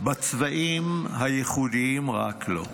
בצבעים הייחודיים רק לו'.